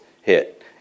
hit